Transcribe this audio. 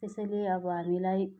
त्यसैले अब हामीलाई